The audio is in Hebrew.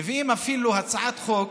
מביאים אפילו הצעת חוק